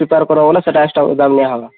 prepare କରବ ବେଲେ ସେଟା ଏକଷ୍ଟ୍ରା ଦାମ୍ ନିଆହବା